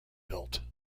built